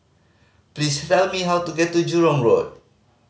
please tell me how to get to Jurong Road